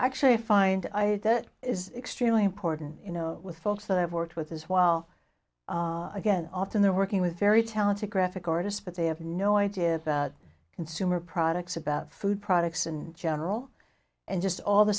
actually find that is extremely important you know with also i've worked with as well again often they're working with very talented graphic artists but they have no idea that consumer products about food products in general and just all the